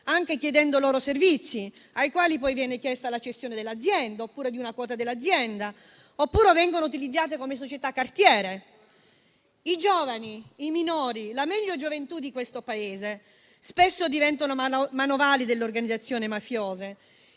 volte chiedendo loro servizi; a questi viene poi chiesta la cessione dell'azienda o di una quota, oppure che le aziende vengano utilizzate come società cartiere. I giovani, i minori, la meglio gioventù di questo Paese spesso diventano manovali delle organizzazioni mafiose,